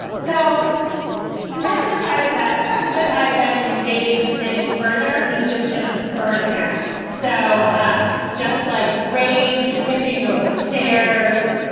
so he's ah decided that should i then engage any further, he's just gonna burn it down. so um just like rage, tipping over chairs,